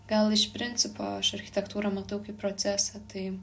gal iš principo aš architektūrą matau kaip procesą tai